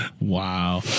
Wow